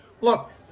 look